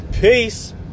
Peace